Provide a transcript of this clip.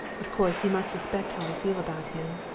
of course, he must suspect how i feel about him,